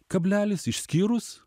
kablelis išskyrus